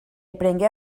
aprengué